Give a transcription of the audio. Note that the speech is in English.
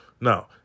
Now